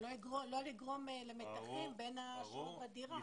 שלא לגרום למתחים בין השוהות בדירה.